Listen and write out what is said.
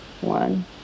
one